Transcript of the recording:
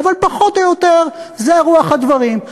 אבל פחות או יותר זאת רוח הדברים.